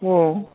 औ